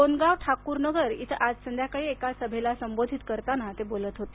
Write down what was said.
बोंगाव ठाकूरनागर इथं आज संध्याकाळी एक सभेला संबोधित करताना ते बोलत होते